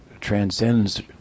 transcends